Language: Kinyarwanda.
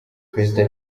perezida